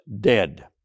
dead